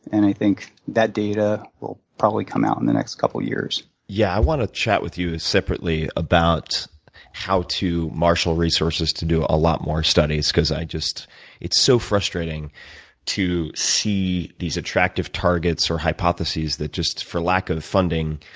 and i think that data will probably come out in the next couple years. yeah, i want to chat with you separately about how to marshal resources to do a lot more studies because i just it's so frustrating to see these attractive targets or hypotheses that just, for lack of funding,